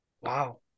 Wow